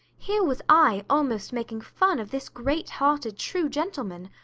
here was i almost making fun of this great-hearted, true gentleman.